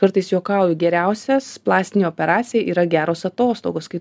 kartais juokauju geriausias plastinių operacija yra geros atostogos kai